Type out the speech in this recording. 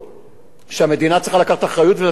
שהמדינה צריכה לקחת אחריות ולתת את הפתרון.